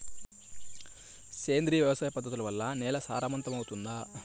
సేంద్రియ వ్యవసాయ పద్ధతుల వల్ల, నేల సారవంతమౌతుందా?